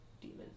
demon